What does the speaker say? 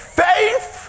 faith